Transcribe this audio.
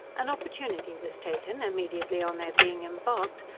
an opportunity was taken, immediately on their being embarked,